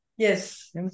Yes